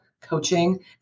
coaching